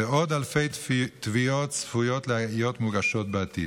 ועוד אלפי תביעות צפויות להיות מוגשות בעתיד.